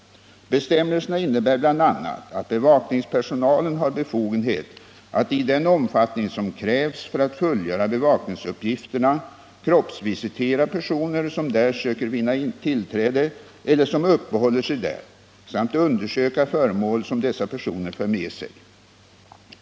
Bestämmelserna innebär bl.a. att bevakningspersonalen har befogenhet att i den omfattning som krävs för att fullgöra bevakningsuppgiften kroppsvisitera personer som där söker vinna tillträde eller som uppehåller sig där samt undersöka föremål som dessa personer för med sig.